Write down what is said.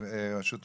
אז רשות האכיפה,